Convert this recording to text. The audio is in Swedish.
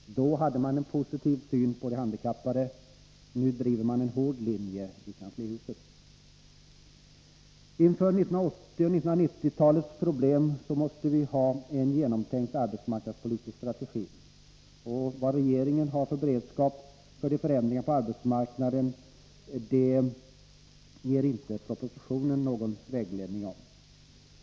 Då hade man en positiv syn på de handikappade — nu driver man en hård linje i kanslihuset. Inför 1980 och 1990-talets problem måste vi ha en genomtänkt arbetsmarknadspolitisk strategi. Vad regeringen har för beredskap för förändringar på arbetsmarknaden ger propositionen ingen vägledning om.